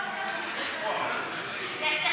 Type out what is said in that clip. ההסתייגות (7) של קבוצת סיעת